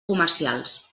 comercials